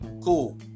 Cool